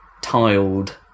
tiled